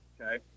Okay